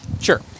Sure